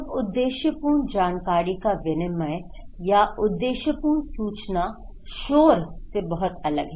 अब उद्देश्यपूर्ण जानकारी का विनिमय या उद्देश्यपूर्ण सूचना शोर से बहुत अलग हैं